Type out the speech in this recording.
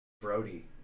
Brody